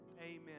amen